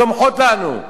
צומחות לנו.